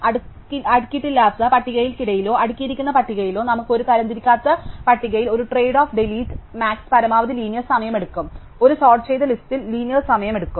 അതിനാൽ അടുക്കിയിട്ടില്ലാത്ത പട്ടികയ്ക്കിടയിലോ അടുക്കിയിരിക്കുന്ന പട്ടികയിലോ നമുക്ക് ഒരു തരംതിരിക്കാത്ത പട്ടികയിൽ ഒരു trade off delete delete max പരമാവധി ലീനിയർ സമയം എടുക്കും ഒരു സോർട്ട് ചെയ്ത ലിസ്റ്റിൽ ലീനിയർ സമയം എടുക്കും